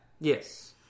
Yes